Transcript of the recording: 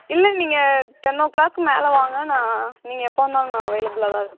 இல்லை நீங்கள் ten o'clock மேலே வாங்க நான் நீங்கள் எப்போ வந்தாலும் நான் அவைலபிளாக தான் இருப்பேன்